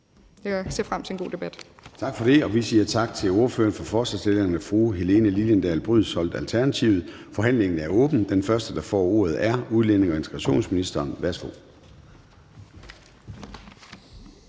Formanden (Søren Gade): Tak for det – vi siger tak til ordføreren for forslagsstillerne, fru Helene Liliendahl Brydensholt, Alternativet. Forhandlingen er åbnet. Den første, der får ordet er udlændinge- og integrationsministeren. Værsgo.